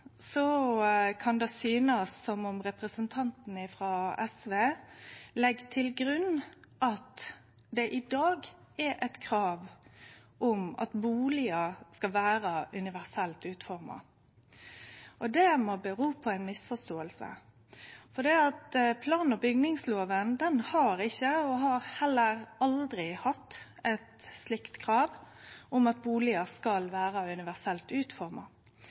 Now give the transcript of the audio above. kan det synast som om representanten frå SV legg til grunn at det i dag er eit krav om at bustader skal vere universelt utforma. Det må kome av ei misforståing. Plan- og bygningslova har ikkje og har heller aldri hatt eit krav om at bustader skal vere universelt utforma,